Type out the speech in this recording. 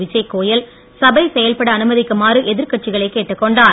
விஜய்கோயல் சபை செயல்பட அனுமதிக்குமாறு எதிர்க்கட்சிகளை கேட்டுக் கொண்டார்